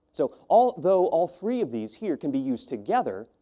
so, although all three of these here can be used together,